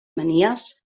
manies